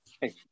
Hey